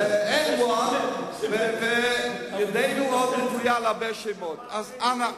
H1N1, וידנו עוד נטויה להרבה שמות, אז אנא.